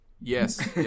yes